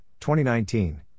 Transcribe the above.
2019